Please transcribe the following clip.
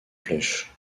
flèche